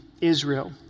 Israel